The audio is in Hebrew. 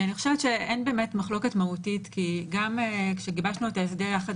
אני חושבת שאין באמת מחלוקת מהותית כי גם כשגיבשנו את ההסדר יחד